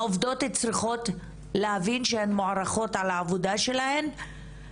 העובדות צריכות להבין שהן מוערכות על העבודה שלהן,